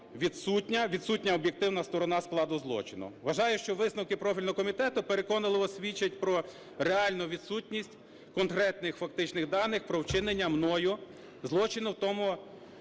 відсутня об'єктивна сторона складу злочину. Вважаю, що висновки профільного комітету переконливо свідчать про реальну відсутність конкретних фактичних даних про вчинення мною злочину, в тому…